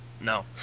No